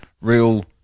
real